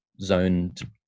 zoned